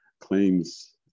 claims